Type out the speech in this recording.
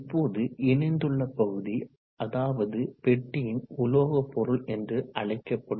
இப்போது இணைந்துள்ள பகுதி அதாவது பெட்டியின் உலோகப் பொருள் என்று அழைக்கப்படும்